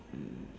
mm